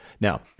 Now